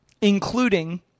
including